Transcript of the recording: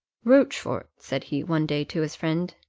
rochfort, said he, one day, to his friend,